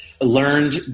Learned